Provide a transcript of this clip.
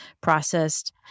processed